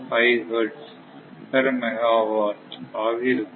005 hertz per megawatt ஆக இருக்கும்